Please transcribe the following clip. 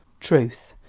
truth,